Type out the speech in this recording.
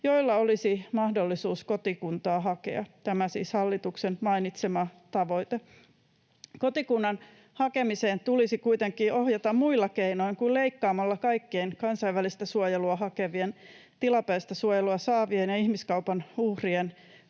joilla olisi mahdollisuus kotikuntaa hakea — tämä siis hallituksen mainitsema tavoite. Kotikunnan hakemiseen tulisi kuitenkin ohjata muilla keinoin kuin leikkaamalla kaikille kansainvälistä suojelua hakeville, tilapäistä suojelua saaville ja ihmiskaupan uhreille